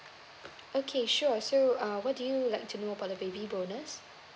okay sure so uh what do you like to know about the baby bonus